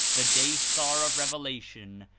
the day star of revelation,